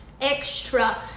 extra